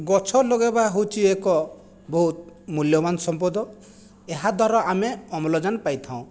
ଗଛ ଲଗାଇବା ହେଉଛି ଏକ ବହୁତ ମୁଲ୍ୟବାନ ସମ୍ପଦ ଏହାଦ୍ଵାରା ଆମେ ଅମ୍ଲଜାନ ପାଇଥାଉଁ